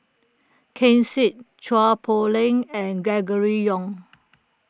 Ken Seet Chua Poh Leng and Gregory Yong